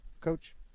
Coach